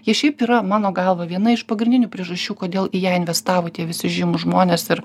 jie šiaip yra mano galva viena iš pagrindinių priežasčių kodėl į ją investavo tie visi žymūs žmonės ir